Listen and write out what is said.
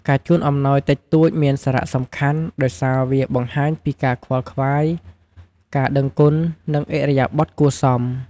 ការជូនអំំណោយតិចតួចមានសារៈសំខាន់ ដោយសារវាបង្ហាញពី ការខ្វល់ខ្វាយ ការដឹងគុណ និង ឥរិយាបថគួរសម។